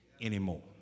anymore